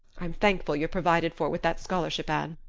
i'm thankful you're provided for with that scholarship, anne.